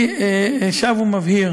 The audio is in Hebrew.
אני שב ומבהיר